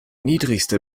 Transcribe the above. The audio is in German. niedrigste